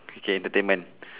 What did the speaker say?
okay entertainment